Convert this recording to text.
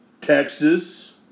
Texas